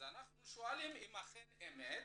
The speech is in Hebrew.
אנחנו שואלים אם אכן כך,